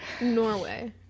Norway